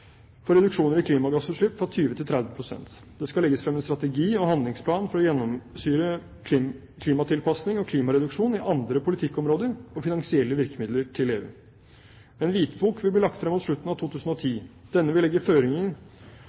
for reduksjoner i klimagassutslipp fra 20 til 30 pst. Det skal legges frem en strategi og handlingsplan for å gjennomsyre klimatilpasning og klimareduksjon i andre politikkområder og finansielle virkemidler til EU. En hvitbok vil bli lagt frem mot slutten av 2010. Denne vil legge